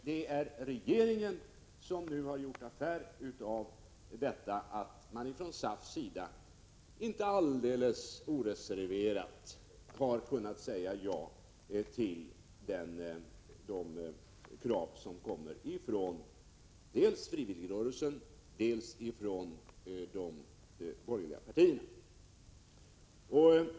Det är regeringen som nu har gjort affär av att man från SAF:s sida inte alldeles oreserverat har kunnat säga ja till de krav som kommer dels från frivilligrörelsen, dels från de borgerliga partierna.